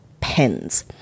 pens